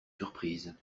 surprise